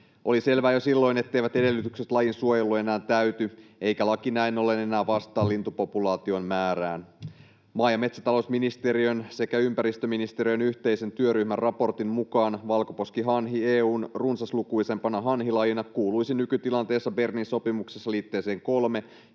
Oli selvää jo silloin, etteivät edellytykset lajin suojeluun enää täyty eikä laki näin ollen enää vastaa lintupopulaation määrään. Maa‑ ja metsätalousministeriön sekä ympäristöministeriön yhteisen työryhmän raportin mukaan valkoposkihanhi EU:n runsaslukuisimpana hanhilajina kuuluisi nykytilanteessa Bernin sopimuksessa liitteeseen III